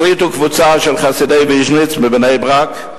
החליטו קבוצה של חסידי ויז'ניץ מבני-ברק,